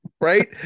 Right